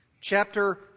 Chapter